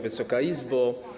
Wysoka Izbo!